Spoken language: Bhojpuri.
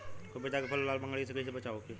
पपीता के फल के लाल मकड़ी से कइसे बचाव होखि?